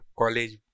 college